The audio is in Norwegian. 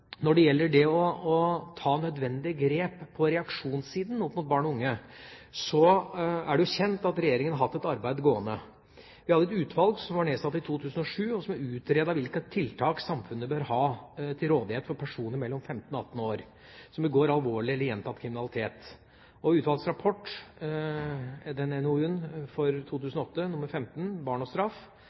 når det gjelder det å ta nødvendige grep på reaksjonssiden overfor barn og unge, er det kjent at regjeringen har hatt et arbeid gående. Vi hadde et utvalg som var nedsatt i 2007, og som utredet hvilke tiltak samfunnet bør ha til rådighet for personer mellom 15 og 18 år som begår alvorlig eller gjentatt kriminalitet, og utvalgets rapport, NOU 2008:15, Barn og straff,